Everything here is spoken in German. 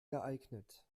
geeignet